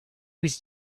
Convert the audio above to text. was